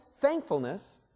thankfulness